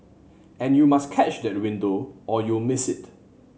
and you must catch that window or you'll miss it